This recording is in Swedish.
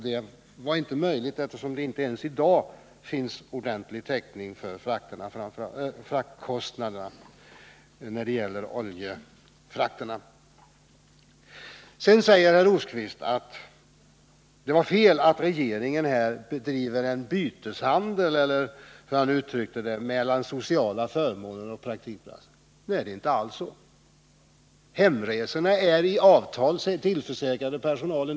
Det var inte möjligt, eftersom det inte ens i dag finns ordentlig täckning för fraktkostnaderna när det gäller oljetransporterna. Sedan säger herr Rosqvist att det var fel att regeringen här bedriver en byteshandel — eller hur han nu uttryckte det — mellan sociala förmåner och praktikplatser. Nej, det var inte alls så. Hemresorna är tillförsäkrade personalen i avtal.